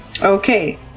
Okay